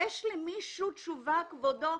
יש למישהו תשובה, כבודו,